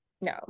No